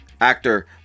actor